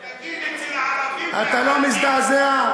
תגיד: אצל הערבים, אתה לא מזדעזע?